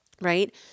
right